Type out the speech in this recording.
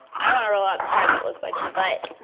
i want to roll out the part that looks like a butt.